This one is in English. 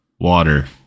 water